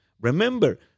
Remember